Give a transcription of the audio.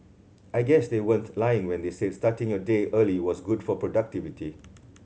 I guess they weren't lying when they said starting your day early was good for productivity